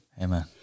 Amen